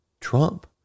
Trump